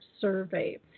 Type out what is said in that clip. Survey